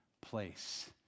place